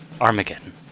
Armageddon